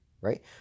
right